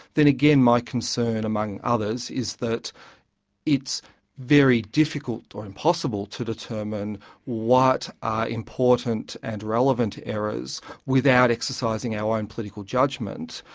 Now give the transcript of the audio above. then again my concern among others is that it's very difficult or impossible to determine what are important and relevant errors without exercising our own political judgement,